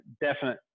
definite